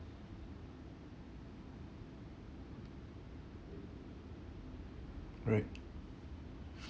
right